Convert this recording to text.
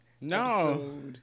No